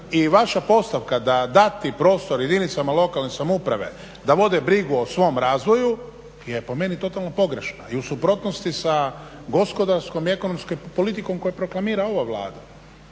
i vaša postavka da dati prostor jedinicama lokalne samouprave da vode brigu o svom razvoju je po meni totalno pogrešna i u suprotnosti sa gospodarskom i ekonomskom politikom koju proklamira ova Vlada.